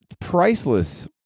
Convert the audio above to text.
priceless